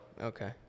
Okay